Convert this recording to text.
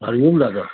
हरिओम दादा